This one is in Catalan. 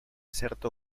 certa